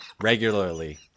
regularly